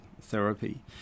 therapy